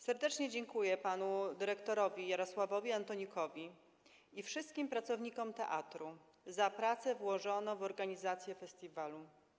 Serdecznie dziękuję panu dyrektorowi Jarosławowi Antonikowi i wszystkim pracownikom teatru za pracę włożoną w organizację festiwalu.